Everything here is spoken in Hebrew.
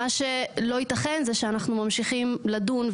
מה שלא ייתכן הוא שאנחנו ממשיכים לדון,